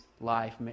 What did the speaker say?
life